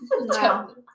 No